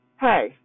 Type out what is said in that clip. Hey